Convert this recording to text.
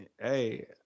Hey